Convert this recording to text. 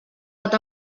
pot